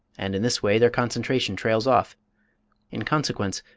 and in this way their concentration trails off in consequence,